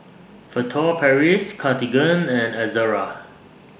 Furtere Paris Cartigain and Ezerra